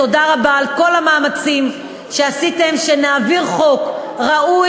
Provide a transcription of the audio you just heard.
תודה רבה על כל המאמצים שעשיתם כדי שנעביר חוק ראוי,